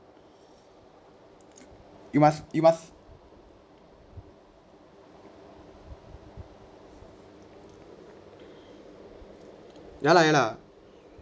you must you must ya lah ya lah